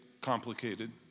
complicated